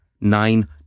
nine